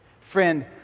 Friend